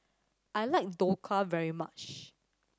I like Dhokla very much